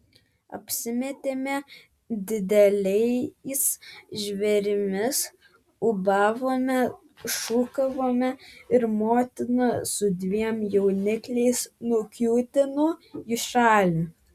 apsimetėme dideliais žvėrimis ūbavome šūkavome ir motina su dviem jaunikliais nukiūtino į šalį